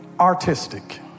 artistic